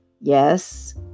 Yes